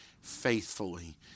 faithfully